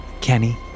Kenny